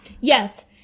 Yes